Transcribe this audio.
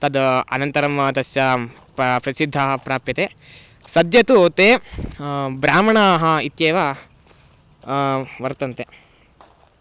तद् अनन्तरं तस्य प प्रसिद्धाः प्राप्यन्ते सद्यः तु ते ब्राह्मणाः इत्येव वर्तन्ते